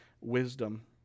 wisdom